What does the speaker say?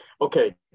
Okay